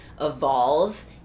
evolve